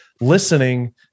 Listening